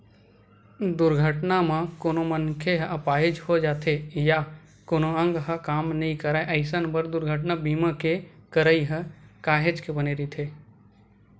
दुरघटना म कोनो मनखे ह अपाहिज हो जाथे या कोनो अंग ह काम नइ करय अइसन बर दुरघटना बीमा के करई ह काहेच के बने रहिथे